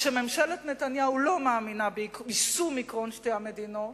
שממשלת נתניהו לא מאמינה ביישום עקרון שתי המדינות,